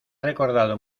recordado